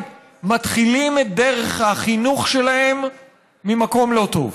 מתחילים את דרך החינוך שלהם ממקום לא טוב.